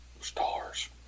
Stars